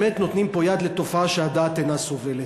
באמת נותנים פה יד לתופעה שהדעת אינה סובלת.